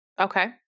Okay